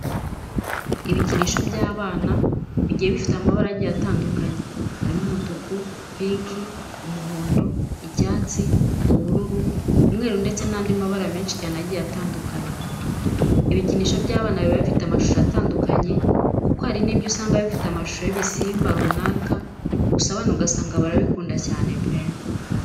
Ibikinisho by'abana bigiye bifite amabara agiye atandukanye harimo umutuku, pinki, umuhondo, icyatsi, ubururu, umweru ndetse n'andi menshi cyane agiye atandukanye. Ibikinisho by'abana biba bifite amashusho atandukanye kuko hari n'ibyo usanga bifite amasura y'ibisimba runaka gusa abana ugasanga barabikunda cyane pe!